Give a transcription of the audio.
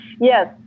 Yes